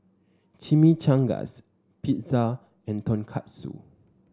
Chimichangas Pizza and Tonkatsu